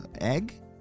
egg